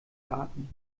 garten